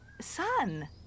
sun